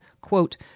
Quote